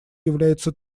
является